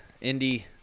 Indy